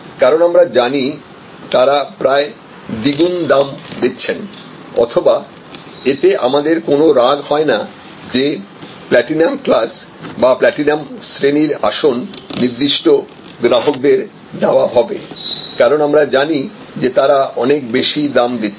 কারণ আমরা জানি তারা প্রায় দ্বিগুণ দাম দিচ্ছেন অথবা এতে আমাদের কোন রাগ হয়না যে প্ল্যাটিনাম ক্লাস বা প্ল্যাটিনাম শ্রেণীর আসন নির্দিষ্ট গ্রাহকদের দেওয়া হবে কারণ আমরা জানি যে তারা অনেক বেশি দাম দিচ্ছে